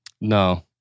No